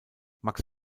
max